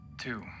Two